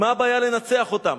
מה הבעיה לנצח אותם?